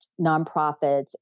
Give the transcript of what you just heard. nonprofits